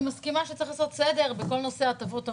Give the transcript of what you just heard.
אני מסכימה שצריך לעשות סדר בכל נושא הטבות המס,